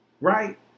Right